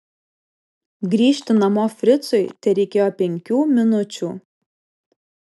grįžti namo fricui tereikėjo penkių minučių